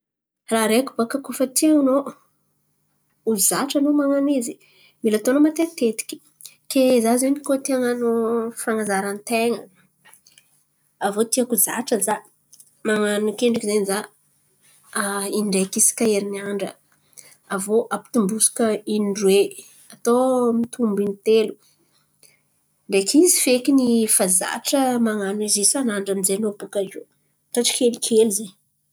Raha araiky baka koa fa tianao ho zatra anao man̈ano izy, mila ataonao matetitekiky. Ke za zen̈y koa ty han̈ano fan̈azaran-tain̈a aviô tiàko zatra za man̈ano akendriky zen̈y za in-draiky isaka herin̈'andra. Aviô ampitombosiko in-droe. Atao mitombo in-telo. Ndreky izy fekiny fa zatra man̈ano izy isan'andra aminjay anao bòka iô. Atao tsikelikely zen̈y.